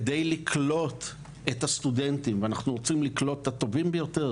כדי לקלוט את הסטודנטים ואנחנו רוצים לקלוט את הטובים ביותר